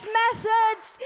methods